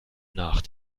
nach